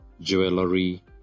jewelry